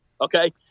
okay